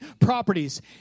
properties